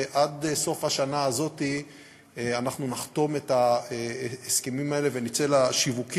ועד סוף השנה הזאת אנחנו נחתום את ההסכמים האלה ונצא לשיווק.